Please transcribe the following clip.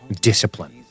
discipline